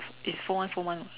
it's four one four one [what]